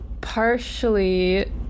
partially